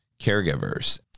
caregivers